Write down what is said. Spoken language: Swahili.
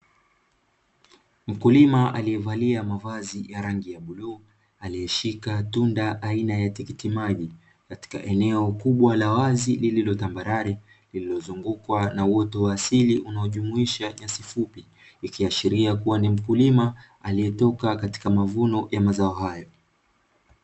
Mkulima alievalia mavazi ya bluu aliyeshika tunda aina ya tikitiki maji katika eneo kubwa la wazi, lililo tambalale lililozungukwa na uoto wa asili, unaojumuisha nyasi fupi ikiashiria kuwa ni mkulima alietoka katika mavuno ya mazao hayo.